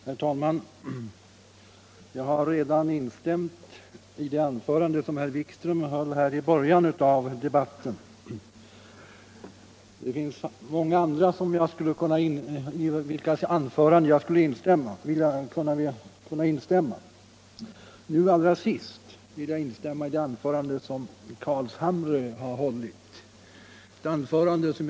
Herr talman! Jag har redan instämt i det anförande herr Wikström höll i början av debatten. Det finns många andra som jag skulle kunna instämma med. Jag vill instämma i det anförande som herr Carlshamre höll nu allra senast.